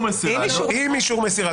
עם אישור מסירה.